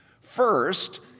first